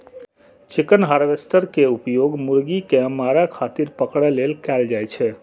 chicken harvester के उपयोग मुर्गी कें मारै खातिर पकड़ै लेल कैल जाइ छै